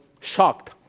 shocked